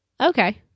Okay